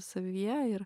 savyje ir